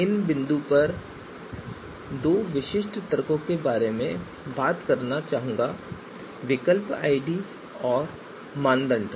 इस बिंदु पर मैं दो विशिष्ट तर्कों के बारे में बात करना चाहूंगा विकल्प आईडी और मानदंड